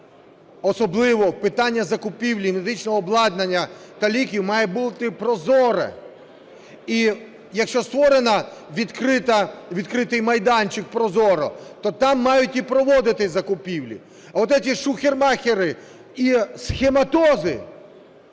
особливо питання закупівлі медичного обладнання та ліків, має бути прозоре. І якщо створено відкритий майданчик ProZorro, то там мають і проводитися закупівлі. А вот эти "шухер-махери" і "схематози"